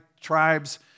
tribes